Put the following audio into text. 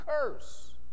curse